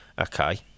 okay